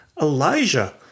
Elijah